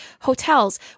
hotels